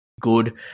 good